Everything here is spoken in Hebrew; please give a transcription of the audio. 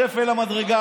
שפל המדרגה.